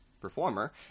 performer